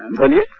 tell me,